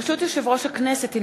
ברשות יושב-ראש הכנסת,